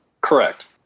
Correct